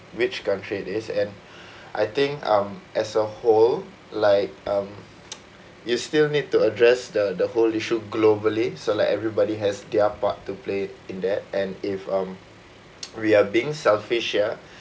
which country it is and I think um as a whole like um you still need to address the the whole issue globally so like everybody has their part to play in that and if um we are being selfish ya